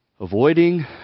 Avoiding